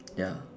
ya